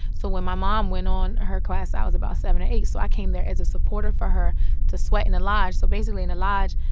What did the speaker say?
so when my mom went on her quest, i was about seven or eight. so i came there as a supporter for her to sweat in the lodge. so basically, in a lodge